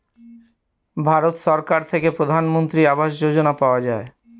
ভারত সরকার থেকে প্রধানমন্ত্রী আবাস যোজনা পাওয়া যায়